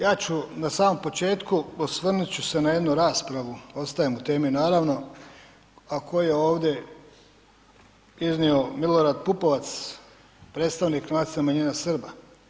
Ja ću na samom početku, osvrnut ću se na jednu raspravu, ostajem u temi, naravno, a koja je ovdje iznio Milorad Pupovac, predstavnik nacionalne manjine Srba.